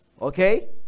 okay